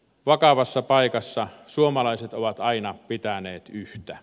vakavassa paikassa suomalaiset ovat aina pitäneet yhtä